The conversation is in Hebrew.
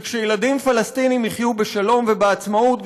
וכשילדים פלסטינים יחיו בשלום ובעצמאות,